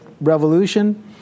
revolution